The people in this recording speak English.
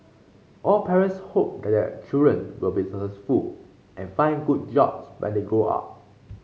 all parents hope that their children will be successful and find good jobs when they grow up